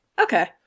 Okay